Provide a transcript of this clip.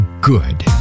good